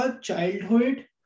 childhood